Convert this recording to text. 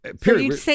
Period